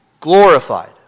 glorified